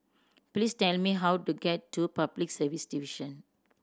please tell me how to get to Public Service Division